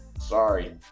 Sorry